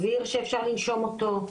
אוויר שאפשר לנשום אותו,